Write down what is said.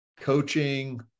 coaching